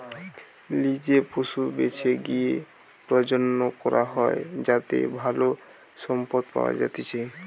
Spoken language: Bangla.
লিজে পশু বেছে লিয়ে প্রজনন করা হয় যাতে ভালো সম্পদ পাওয়া যাতিচ্চে